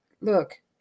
look